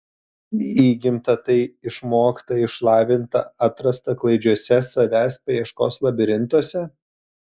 įgimta tai išmokta išlavinta atrasta klaidžiuose savęs paieškos labirintuose